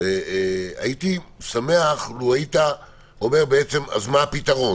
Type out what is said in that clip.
הייתי שמח לו היית אומר מה הפתרון.